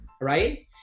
Right